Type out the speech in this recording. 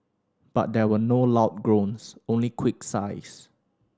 but there were no loud groans only quick sighs